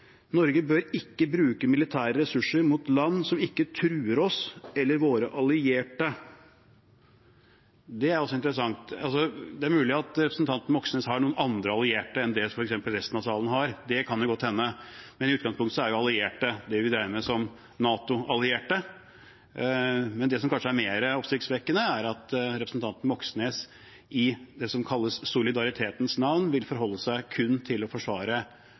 Norge bør ikke bruke militære ressurser «mot land som ikke truer verken oss eller noen allierte av oss». Det er interessant. Det er mulig at representanten Moxnes har noen andre allierte enn f.eks. resten av salen, det kan godt hende, men i utgangspunktet er allierte det vi regner som NATO-allierte. Men det er kanskje mer oppsiktsvekkende at representanten Moxnes, i det som kalles solidaritetens navn, vil forholde seg til kun å forsvare,